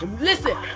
Listen